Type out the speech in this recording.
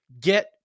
get